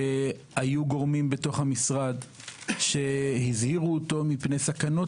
היו גורמים בתוך המשרד שהזהירו אותו מפני סכנות